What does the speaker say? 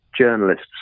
journalists